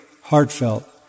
heartfelt